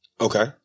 okay